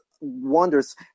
wonders